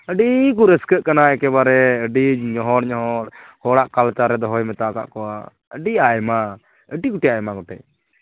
ᱟᱹᱰᱤ ᱠᱚ ᱨᱟᱹᱥᱠᱟᱹᱜ ᱠᱟᱱᱟ ᱮᱠᱮᱵᱟᱨᱮ ᱟᱹᱰᱤ ᱧᱚᱦᱚᱲ ᱧᱚᱦᱚᱲ ᱦᱚᱲᱟᱜ ᱠᱟᱞᱪᱟᱨ ᱨᱮ ᱫᱚᱦᱚᱭ ᱢᱮᱛᱟᱠᱟᱫ ᱠᱚᱣᱟ ᱟᱹᱰᱤ ᱟᱭᱢᱟ ᱟᱹᱰᱤ ᱜᱚᱴᱮᱡ ᱟᱭᱢᱟ ᱜᱚᱴᱮᱡ